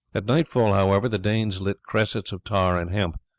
at nightfall, however, the danes lit cressets of tar and hemp,